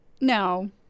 no